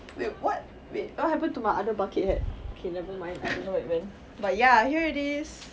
wait what wait what happened to my other bucket hat okay nevermind I don't know where it went but ya here it is